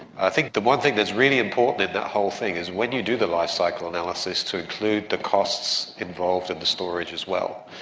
i think the one thing that's really important in that whole thing is when you do the life cycle analysis, to include the costs involved in the storage as well.